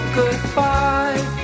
goodbye